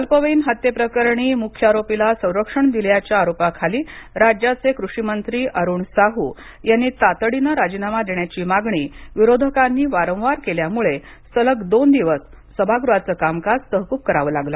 अल्पवयीन हत्येप्रकरणी मुख्य आरोपीला संरक्षण दिल्याच्या आरोपाखाली राज्याचे कृषिमंत्री अरुण साहू यांनी तातडीने राजीनामा देण्याची मागणी विरोधकांनी वारंवार केल्यामुळे सलग दोन दिवस सभागृहाचं कामकाज तहकूब करावे लागले